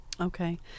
Okay